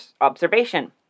observation